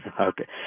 Okay